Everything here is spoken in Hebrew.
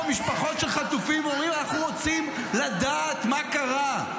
משפחות של חטופים ואומרות: אנחנו רוצים לדעת מה קרה?